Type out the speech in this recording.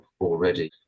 already